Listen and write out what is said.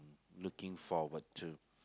looking forward to